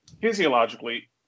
physiologically